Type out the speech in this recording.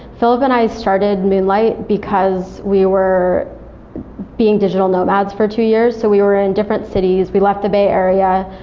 philip and i started moonlight because we were being digital nomads for two years. so we were ah in different cities. we left the bay area.